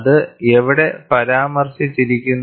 അത് എവിടെ പരാമർശിച്ചിരിക്കുന്നു